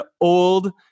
old